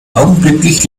augenblicklich